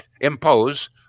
impose